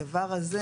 הדבר הזה,